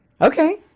Okay